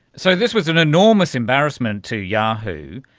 so this was an enormous embarrassment to yahoo,